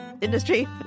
industry